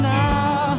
now